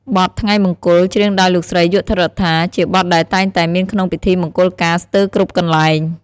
បទ "ថ្ងៃមង្គល" ច្រៀងដោយលោកស្រី យក់ ឋិតរដ្ឋា ជាបទដែលតែងតែមានក្នុងពិធីមង្គលការស្ទើរគ្រប់កន្លែង។